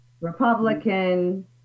republican